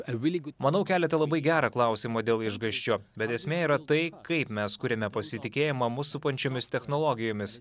manau keliate labai gerą klausimą dėl išgąsčio bet esmė yra tai kaip mes kuriame pasitikėjimą mus supančiomis technologijomis